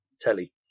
telly